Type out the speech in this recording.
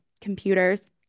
computers